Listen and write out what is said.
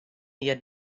hjir